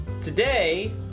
Today